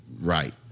right